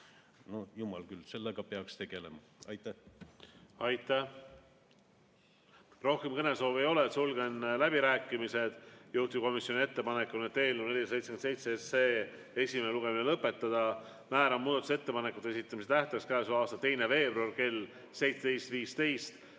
– jumal küll, sellega peaks tegelema. Aitäh! Rohkem kõnesoove ei ole, sulgen läbirääkimised. Juhtivkomisjoni ettepanek on eelnõu 477 esimene lugemine lõpetada. Määran muudatusettepanekute esitamise tähtajaks käesoleva aasta 2. veebruari kell 17.15.